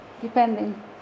depending